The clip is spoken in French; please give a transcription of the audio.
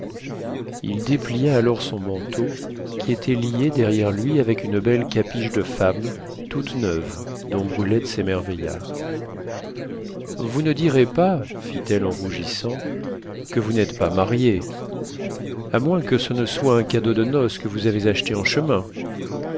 il déplia alors son manteau qui était lié derrière lui avec une belle capiche de femme toute neuve dont brulette s'émerveilla vous ne direz pas fit-elle en rougissant que vous n'êtes pas marié à moins que ce ne soit un cadeau de noces que vous avez acheté en chemin